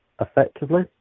effectively